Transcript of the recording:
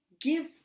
give